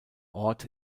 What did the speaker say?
ort